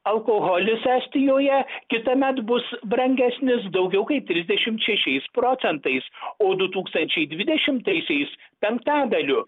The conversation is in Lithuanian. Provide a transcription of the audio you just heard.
alkoholis estijoje kitąmet bus brangesnis daugiau kaip trisdešimt šešiais procentais o du tūkstančiai dvidešimtaisiais penktadaliu